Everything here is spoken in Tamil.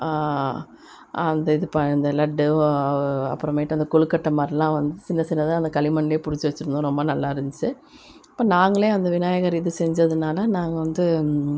அந்த இது அந்த லட்டு அப்புறமேட்டு அந்த கொழுக்கட்டை மாதிரிலாம் வந்து சின்ன சின்னதாக அந்த களிமண்லேயே பிடிச்சி வெச்சுருந்தோம் ரொம்ப நல்லாயிருந்துச்சி இப்போ நாங்களே அந்த விநாயகர் இது செஞ்சதினால நாங்கள் வந்து